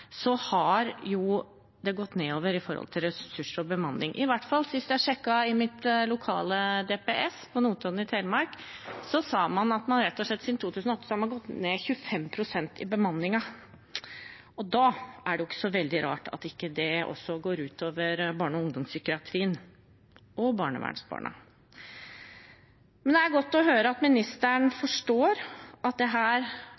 har det gått nedover med hensyn til ressurser og bemanning. I hvert fall sist jeg sjekket i mitt lokale DPS, på Notodden i Telemark, sa man at man siden 2008 hadde gått ned 25 pst. i bemanning. Da er det jo ikke så veldig rart at det også går ut over barne- og ungdomspsykiatrien og barnevernsbarna. Men det er godt å høre at ministeren